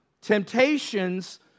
temptations